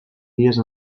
dies